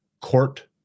court